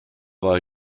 war